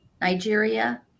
Nigeria